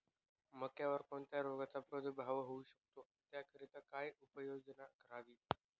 मक्यावर कोणत्या रोगाचा प्रादुर्भाव होऊ शकतो? त्याकरिता काय उपाययोजना करावी?